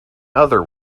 other